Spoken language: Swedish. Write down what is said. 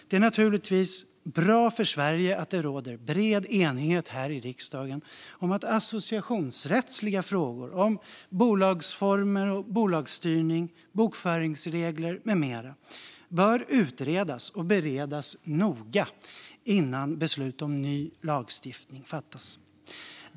Det är naturligtvis bra för Sverige att det råder bred enighet här i riksdagen om att associationsrättsliga frågor om bolagsformer, bolagsstyrning, bokföringsregler med mera bör utredas och beredas noga innan beslut om ny lagstiftning fattas.